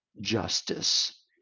justice